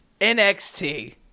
NXT